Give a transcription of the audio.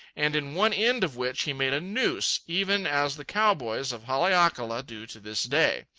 and in one end of which he made a noose, even as the cow-boys of haleakala do to this day.